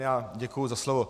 Já děkuji za slovo.